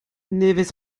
nevez